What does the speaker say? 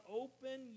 open